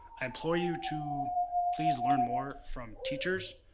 i implore you to please learn more from teachers,